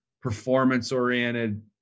performance-oriented